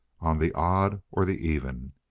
on the odd or the even.